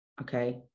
Okay